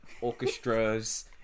orchestras